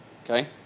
Okay